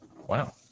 Wow